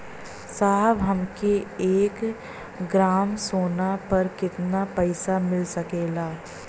साहब हमके एक ग्रामसोना पर कितना पइसा मिल सकेला?